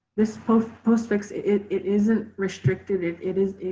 this postfix, it it isn't restricted, it it is,